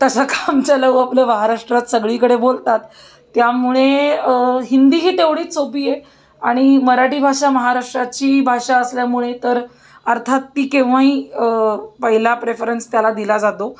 तसं कामचलाऊ आपलं महाराष्ट्रात सगळीकडे बोलतात त्यामुळे हिंदी ही तेवढीच सोपी आहे आणि मराठी भाषा महाराष्ट्राची भाषा असल्यामुळे तर अर्थात ती केव्हाही पहिला प्रेफरन्स त्याला दिला जातो